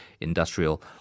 Industrial